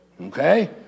Okay